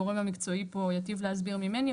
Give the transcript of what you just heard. הגורם המקצועי פה יטיב להסביר ממני.